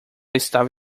estava